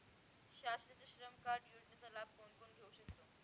शासनाच्या श्रम कार्ड योजनेचा लाभ कोण कोण घेऊ शकतो?